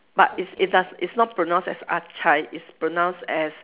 but it's it does it's not pronounce as it's pronounce as